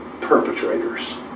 Perpetrators